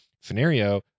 scenario